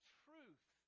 truth